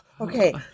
Okay